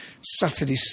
Saturday